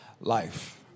life